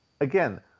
Again